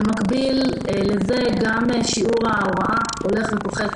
במקביל לזה גם שיעור הנשים בהוראה הולך ופוחת.